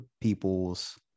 people's